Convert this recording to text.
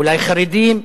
ואולי בחרדים,